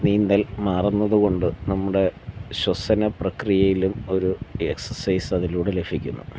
നീന്തൽ മാറുന്നതുകൊണ്ട് നമ്മുടെ ശ്വസന പ്രക്രിയയിലും ഒരു എക്സസൈസ് അതിലൂടെ ലഭിക്കുന്നു